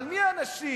אבל מי האנשים,